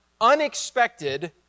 unexpected